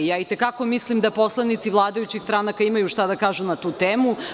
I te kako mislim da poslanici vladajućih stranaka imaju šta da kažu na tu temu.